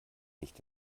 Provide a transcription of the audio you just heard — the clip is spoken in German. nicht